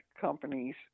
companies